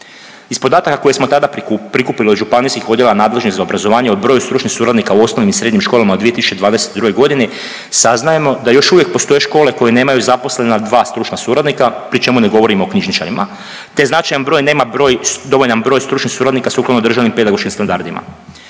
Iz podataka koje smo tada prikupili od županijskih odjela nadležnih za obrazovanje o broju stručnih suradnik u osnovnim i srednjim školama u 2022. godini saznajemo da još uvijek postoje škole koje nemaju zaposlena dva stručna suradnika pri čemu ne govorimo o knjižničarima te značajan broj nema broj, dovoljan broj stručnih suradnika sukladno državnim pedagoškim standardima.